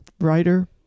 writer